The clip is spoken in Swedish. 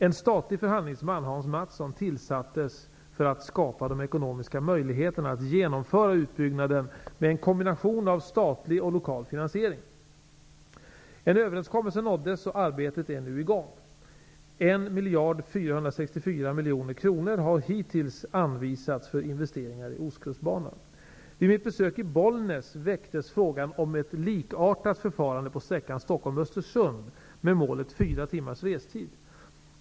En statlig förhandlingsman, Hans Mattsson, tillsattes för att skapa de ekonomiska möjligheterna att genomföra utbyggnaden med en kombination av statlig och lokal finansiering. En överenskommelse nåddes, och arbetet är nu i gång. Vid mitt besök i Bollnäs väcktes frågan om ett likartat förfarande för sträckan Stockholm-- Östersund, med målet fyra timmars restid.